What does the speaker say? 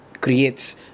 creates